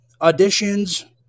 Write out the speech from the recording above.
auditions